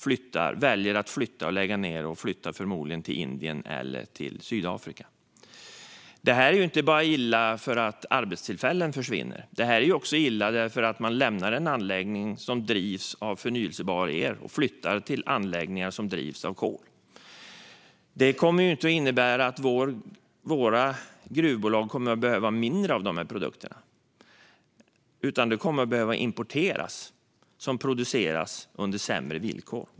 Nu väljer man att lägga ned den och förmodligen flytta verksamheten till Indien eller Sydafrika. Det här är inte bara illa för att arbetstillfällen försvinner. Det här är också illa därför att man lämnar en anläggning som drivs av förnybar el och flyttar till anläggningar som drivs av kol. Det kommer inte att innebära att våra gruvbolag behöver mindre av de här produkterna, utan de kommer att behöva importera sådant som produceras under sämre villkor.